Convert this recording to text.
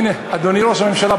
אדוני ראש הממשלה,